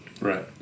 Right